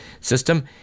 system